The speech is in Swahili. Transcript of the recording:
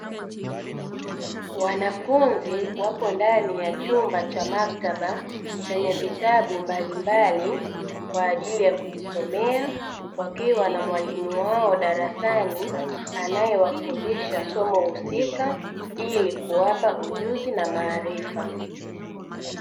Wanafunzi wapo ndani ya chumba cha maktaba chenye vitabu mbalimbali kwa ajili ya kujisomea, wakiwa na mwalimu wao darasani anayewafundisha somo husika ili kuwapa ujuzi na maarifa.